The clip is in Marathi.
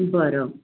बरं